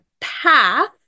path